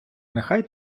нехай